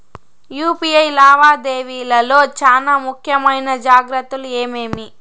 UPI లావాదేవీల లో చానా ముఖ్యమైన జాగ్రత్తలు ఏమేమి?